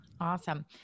Awesome